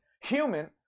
human